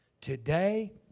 today